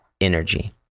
energy